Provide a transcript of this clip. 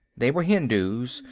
they were hindus,